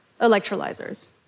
electrolyzers